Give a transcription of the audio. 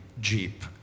jeep